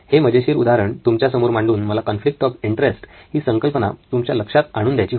हे मजेशीर उदाहरण तुमच्या समोर मांडून मला कॉन्फ्लिक्ट ऑफ इंटरेस्ट ही संकल्पना तुमच्या लक्षात आणून द्यायची होती